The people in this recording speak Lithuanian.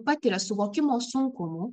patiria suvokimo sunkumų